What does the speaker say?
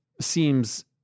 seems